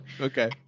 Okay